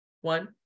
one